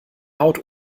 haut